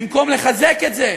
במקום לחזק את זה,